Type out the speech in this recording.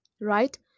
Right